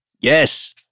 Yes